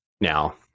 now